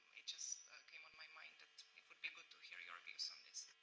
it just came on my mind that it would be good to hear your views on